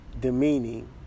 demeaning